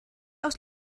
aus